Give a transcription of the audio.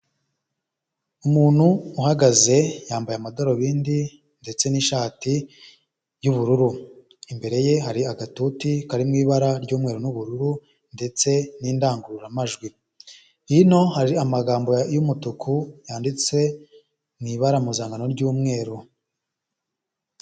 Umuntu uhagaze yambaye amadarubindi ndetse n'ishati y'ubururu, imbere ye hari agatutu kari mu ibara ry'umweru n'ubururu, ndetse n'indangururamajwi, hino hari amagambo y'umutuku yanditse mu ibara mpuzankano ry'umweru.